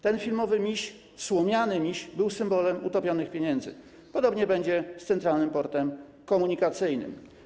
Ten filmowy, słomiany miś był symbolem topionych pieniędzy, podobnie będzie z Centralnym Portem Komunikacyjnym.